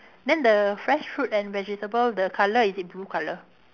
then the fresh fruit and vegetable the colour is it blue colour